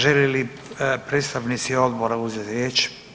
Žele li predstavnici odbora uzeti riječ?